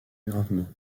gravement